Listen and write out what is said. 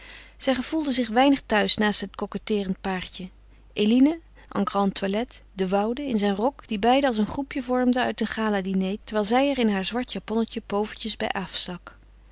zij gevoelde zich weinig thuis naast het coquetteerend paartje eline en grande toilette de woude in zijn rok die beide als een groepje vormden uit een galadiner terwijl zij er in haar zwart japonnetje povertjes bij afstak